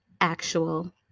actual